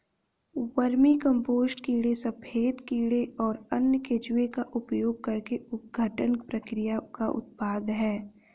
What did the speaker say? vermicompost कीड़े सफेद कीड़े और अन्य केंचुए का उपयोग करके अपघटन प्रक्रिया का उत्पाद है